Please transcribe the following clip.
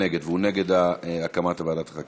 אבל יותר מדי זמן אנחנו לא מצליחים להעביר את החוק